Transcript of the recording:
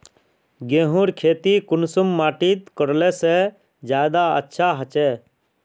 गेहूँर खेती कुंसम माटित करले से ज्यादा अच्छा हाचे?